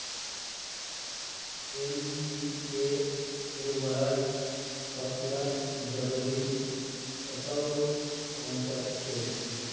NPK उर्वरक फसलत जरूरी तत्व पहुंचा छेक